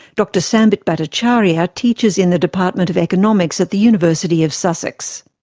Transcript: dr sambit bhattacharyya teaches in the department of economics at the university of sussex.